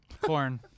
Corn